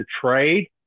trade